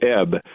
ebb